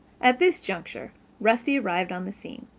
at this juncture rusty arrived on the scene.